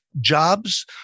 jobs